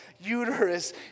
uterus